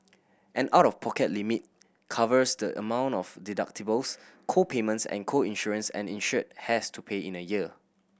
an out of pocket limit covers the amount of deductibles co payments and co insurance and insured has to pay in a year